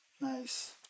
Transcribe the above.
Nice